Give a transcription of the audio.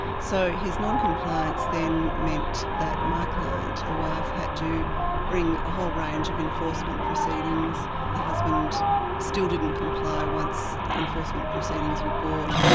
so his non-compliance then meant that my client, the wife, had to bring a whole range of enforcement proceedings, the husband still didn't comply once enforcement proceedings were brought,